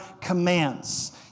commands